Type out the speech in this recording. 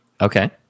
Okay